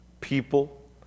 people